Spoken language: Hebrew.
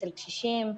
ואצל קשישים.